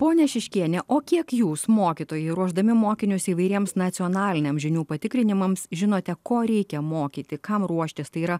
ponia šiškiene o kiek jūs mokytojai ruošdami mokinius įvairiems nacionaliniam žinių patikrinimams žinote ko reikia mokyti kam ruoštis tai yra